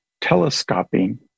telescoping